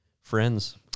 friends